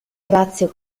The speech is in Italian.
orazio